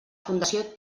fundació